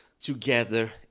together